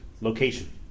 Location